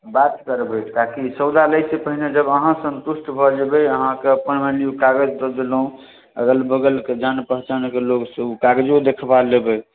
बात करबै ताकि सौदा लै सँ पहिने जब अहाँ सन्तुष्ट भऽ जेबै अहाँकेँ अपन मानि लियौ कागज दऽ देलहुँ अगल बगलके जान पहचानके लोकसँ ओ कागजो देखबा लेबै